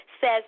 says